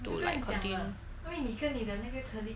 to like contin~